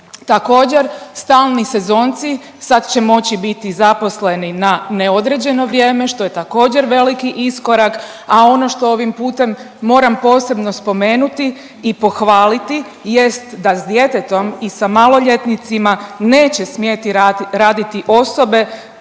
Također stalni sezonci sad će moći biti zaposleni na neodređeno vrijeme što je također veliki iskorak, a ono što ovim putem moram posebno spomenuti i pohvaliti jest da s djetetom i sa maloljetnicima neće smjeti raditi osobe